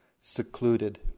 secluded